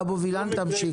אבו וילן תמשיך.